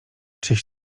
czyś